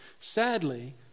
Sadly